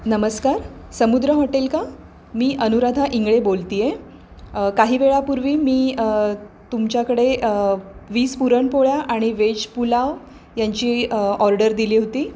नमस्कार समुद्र हॉटेल का मी अनुराधा इंगळे बोलते आहे काही वेळापूर्वी मी तुमच्याकडे वीस पुरणपोळ्या आणि वेज पुलाव यांची ऑर्डर दिली होती